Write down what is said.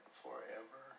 forever